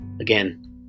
again